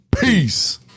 Peace